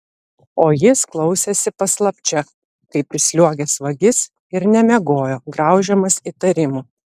o jis klausėsi paslapčia kaip įsliuogęs vagis ir nemiegojo graužiamas įtarimų